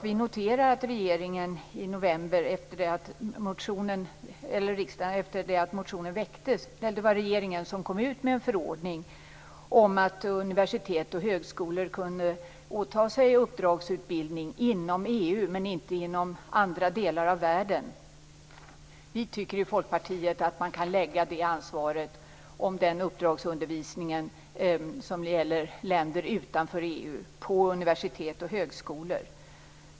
Vi noterar att regeringen i november, efter det att motionen väcktes, kom ut med en förordning om att universitet och högskolor kunde åta sig uppdragsutbildning inom EU, men inte i andra delar av världen. Vi i Folkpartiet tycker att man kan lägga ansvaret för uppdragsundervisning i länder utanför EU på universitet och högskolor.